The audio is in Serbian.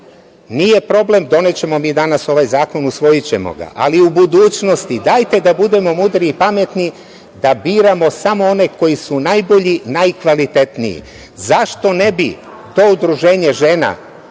nije problem, donećemo mi danas ovaj zakon, usvojićemo ga, ali u budućnosti dajte da budemo mudri i pametni, da biramo samo one koji su najbolji, najkvalitetniji. Zašto ne bi to udruženje žena